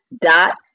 dot